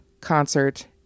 concert